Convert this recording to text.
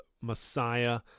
Messiah